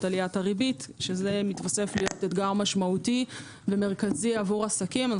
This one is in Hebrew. עליית הריבית שזה מיתוסף להית אתגר משמעותי ומרכזי עבור עסקים.